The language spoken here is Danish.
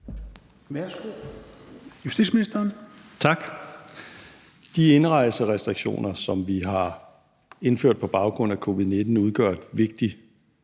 (Nick Hækkerup): Tak. De indrejserestriktioner, som vi har indført på baggrund af covid-19, udgør et vigtigt